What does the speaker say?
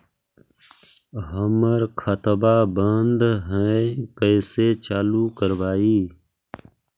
हमर खतवा बंद है कैसे चालु करवाई?